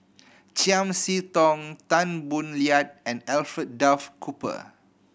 Chiam See Tong Tan Boo Liat and Alfred Duff Cooper